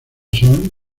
son